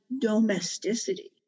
domesticity